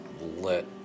lit